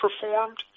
performed